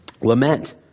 lament